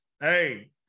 Hey